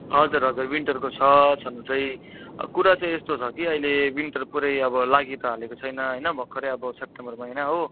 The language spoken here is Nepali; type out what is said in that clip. हजुर हजुर विन्टरको छ छनु चाहिँ कुरा चाहिँ यस्तो छ कि अहिले विन्टर पुरै अब लागि त हालेको छैन होइन भर्खरै अब सेप्टेम्बर महिना हो